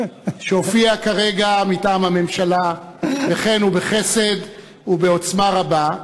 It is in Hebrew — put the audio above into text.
שהופיע כרגע מטעם הממשלה בחן ובחסד ובעוצמה רבה,